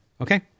Okay